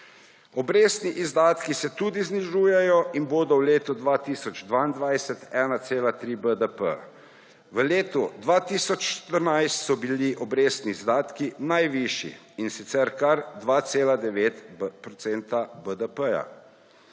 Obrestni izdatki se tudi znižujejo in bodo v letu 2022 1,3 % BDP. V letu 2014 so bili obrestni izdatki najvišji, in sicer kar 2,9 % BDP.